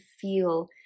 feel